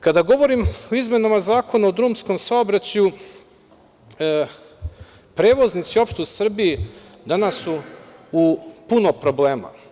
Kada govorimo o izmenama Zakona o drumskom saobraćaju, prevoznici uopšte u Srbiji danas su u puno problema.